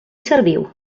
serviu